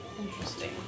Interesting